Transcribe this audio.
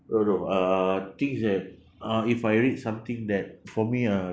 no no uh things that uh if I read something that for me uh